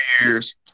years